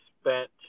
spent